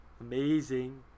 Amazing